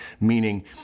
meaning